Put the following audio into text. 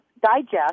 digest